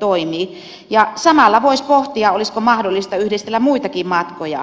toimii ja samalla voisi pohtia olisiko mahdollista yhdistellä muitakin matkoja